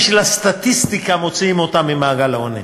ובשביל הסטטיסטיקה מוציאים אותם ממעגל העוני.